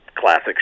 classic